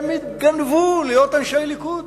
הם התגנבו להיות אנשי ליכוד.